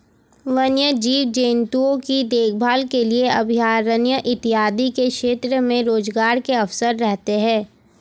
वन्य जीव जंतुओं की देखभाल के लिए अभयारण्य इत्यादि के क्षेत्र में रोजगार के अवसर रहते हैं